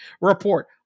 report